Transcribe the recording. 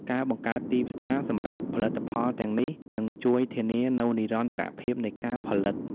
ការបង្កើតទីផ្សារសម្រាប់ផលិតផលទាំងនេះនឹងជួយធានានូវនិរន្តរភាពនៃការផលិត។